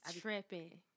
tripping